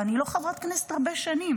ואני לא חברת כנסת הרבה שנים.